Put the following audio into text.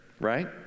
Right